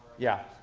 yeah.